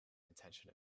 intention